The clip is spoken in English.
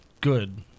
good